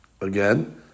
Again